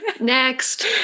Next